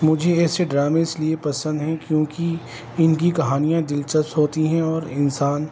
مجھے ایسے ڈرامے اس لیے پسند ہیں کیونکہ ان کی کہانیاں دلچسپ ہوتی ہیں اور انسان